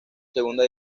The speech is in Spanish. segunda